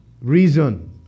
reason